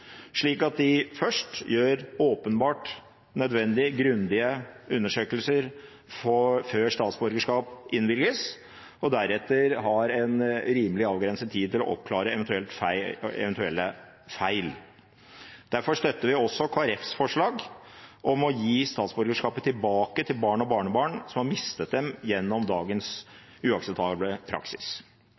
slik at de først gjør åpenbart nødvendige, grundige undersøkelser før statsborgerskap innvilges, og deretter har en rimelig avgrenset tid til å oppklare eventuelle feil. Derfor støtter vi også Kristelig Folkepartis forslag om å gi statsborgerskapet tilbake til barn og barnebarn som har mistet det gjennom dagens uakseptable praksis.